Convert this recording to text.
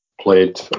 played